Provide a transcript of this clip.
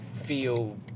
feel